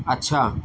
अच्छा